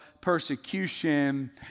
persecution